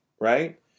right